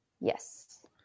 Yes